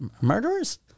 murderers